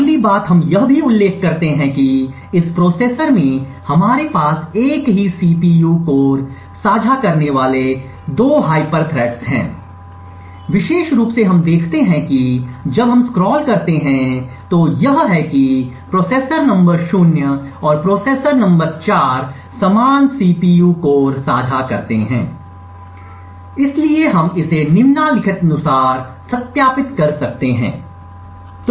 अगली बात हम यह भी उल्लेख करते हैं कि इस प्रोसेसर में हमारे पास एक ही CPU कोर साझा करने वाले 2 हाइपर थ्रेड्स हैं विशेष रूप से हम देखते हैं कि जब हम स्क्रॉल करते हैं तो यह है कि प्रोसेसर नंबर 0 और प्रोसेसर नंबर 4 समान CPU कोर साझा करते हैं इसलिए हम इसे निम्नलिखितनुसार सत्यापित कर सकते हैं